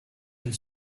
and